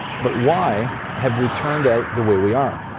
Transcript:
but why have we turned out the way we are?